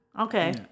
Okay